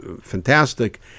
fantastic